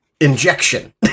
injection